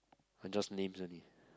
are just names only